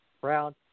brown